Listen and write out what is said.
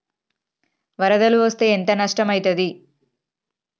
వరదలు వస్తే ఎంత నష్టం ఐతది?